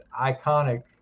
iconic